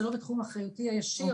זה לא בתחום אחריותי האישי,